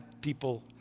people